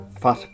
Fat